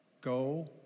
Go